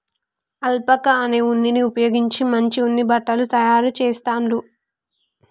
alpaca అనే ఉన్నిని ఉపయోగించి మంచి ఉన్ని బట్టలు తాయారు చెస్తాండ్లు